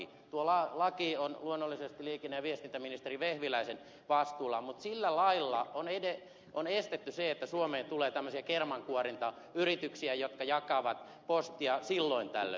tuo laki on luonnollisesti liikenne ja viestintäministeri vehviläisen vastuulla mutta sillä lailla on estetty se että suomeen tulee tämmöisiä kermankuorintayrityksiä jotka jakavat postia silloin tällöin